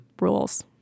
rules